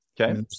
Okay